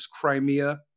Crimea